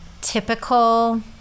typical